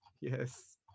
yes